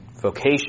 vocation